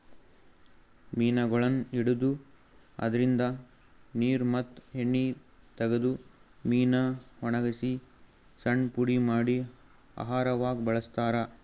ಮೀನಗೊಳನ್ನ್ ಹಿಡದು ಅದ್ರಿನ್ದ ನೀರ್ ಮತ್ತ್ ಎಣ್ಣಿ ತಗದು ಮೀನಾ ವಣಗಸಿ ಸಣ್ಣ್ ಪುಡಿ ಮಾಡಿ ಆಹಾರವಾಗ್ ಬಳಸ್ತಾರಾ